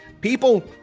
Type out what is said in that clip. people